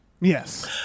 Yes